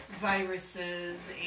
viruses